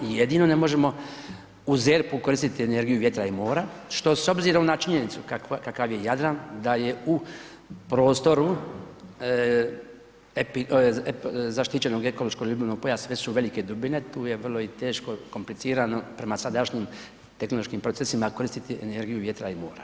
Jedino ne možemo u ZERP-u koristiti energiju vjetra i mora što s obzirom na činjenicu kakav je Jadran, da je u prostoru zaštićenog ekološkog ribolovnog pojasa sve su velike dubine, tu je vrlo i teško, komplicirano prema sadašnjim tehnološkim procesima koristiti energiju vjetra i mora.